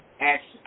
Action